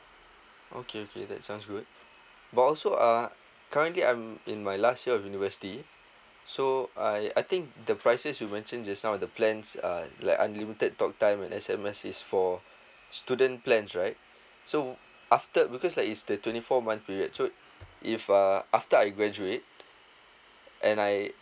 okay okay that sounds good but also uh currently I'm in my last year university so I I think the prices you mention just now the plans uh like unlimited talk time and S_M_S is for student plans right so after because that is the twenty four month period so if uh after I graduate and I